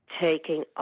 taking